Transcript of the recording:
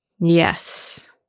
Yes